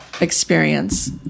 experience